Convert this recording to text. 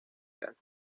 gas